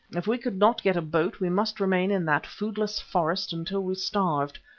if we could not get a boat we must remain in that foodless forest until we starved.